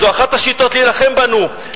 זו אחת השיטות להילחם בנו,